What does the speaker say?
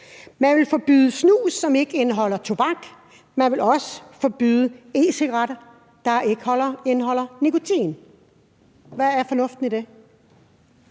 Man vil forbyde snus, som ikke indeholder tobak, man vil også forbyde e-cigaretter, der ikke indeholder nikotin. Hvad er fornuften i det?